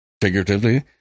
figuratively